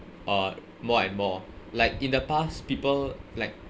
uh more and more like in the past people like